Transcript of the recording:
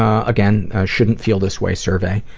ah again, a shouldn't feel this way survey.